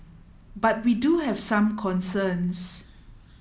but we do have some concerns